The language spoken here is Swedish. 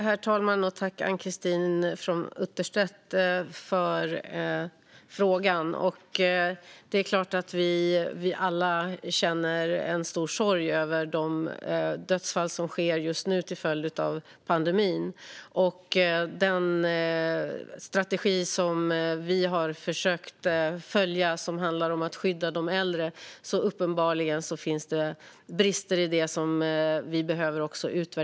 Herr talman! Tack, Ann-Christine From Utterstedt, för frågan! Det är klart att vi alla känner en stor sorg över de dödsfall som sker till följd av pandemin. Uppenbarligen finns det brister som vi behöver utvärdera i den strategi som vi har försökt att följa, som handlar om att skydda de äldre.